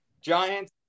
Giants